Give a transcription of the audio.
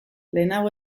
lehenago